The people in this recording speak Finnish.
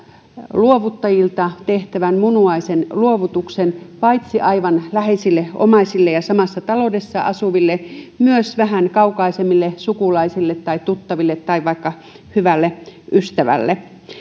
luovuttajilta tehtävän munuaisen luovutuksen paitsi aivan läheisille omaisille ja samassa taloudessa asuville myös vähän kaukaisemmille sukulaisille tai tuttaville tai vaikka hyvälle ystävälle